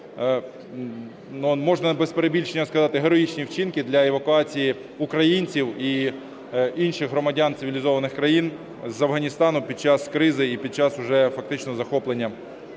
можна без перебільшення сказати, героїчні вчинки для евакуації українців і інших громадян цивілізованих країн з Афганістану під час кризи і під час уже фактично захоплення